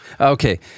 Okay